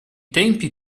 tempi